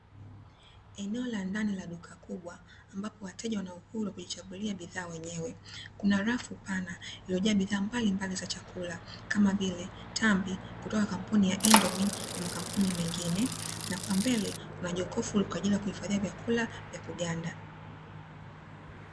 Eneo la ndani la duka kubwa, ambapo wateja wanaokuja hujichagulia bidhaa wenyewe, kuna rafu pana iliyojaa bidhaa mbalimbali za chakula kama vile tambi, kutoka kwenye kampuni ya "Indomini" na makampuni mengine, na kwa mbele kuna jokofu kwa ajili ya kuhifadhi vyakula vya kuganda.